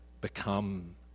become